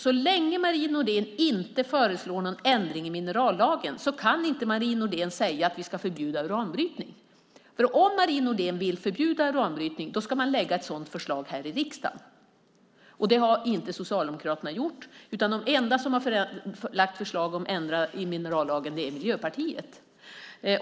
Så länge Marie Nordén inte föreslår någon ändring i minerallagen kan hon inte säga att vi ska förbjuda uranbrytning. Om Marie Nordén vill förbjuda uranbrytning ska hon lägga fram ett sådant förslag här i riksdagen. Det har inte Socialdemokraterna gjort, utan de enda som har lagt fram förslag om ändringar i minerallagen är Miljöpartiet.